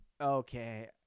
okay